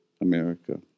America